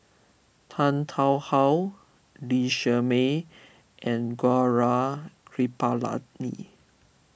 Tan Tarn How Lee Shermay and Gaurav Kripalani